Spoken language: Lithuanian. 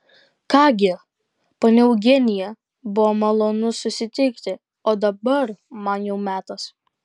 ką gi ponia eugenija buvo malonu susitikti o dabar man jau metas